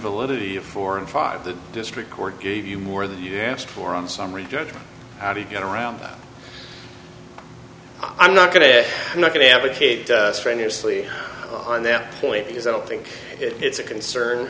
invalidity of four and five the district court gave you more the yaps for on summary judgment how do you get around i'm not going to i'm not going to advocate strenuously on that point because i don't think it's a concern